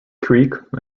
creek